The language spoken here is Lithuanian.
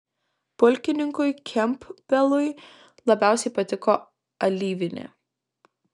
pulkininkui kempbelui labiausiai patiko alyvinė